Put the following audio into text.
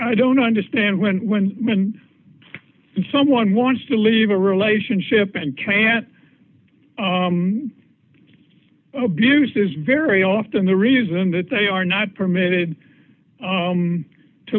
i don't understand when when when someone wants to leave a relationship and can't abuse this very often the reason that they are not permitted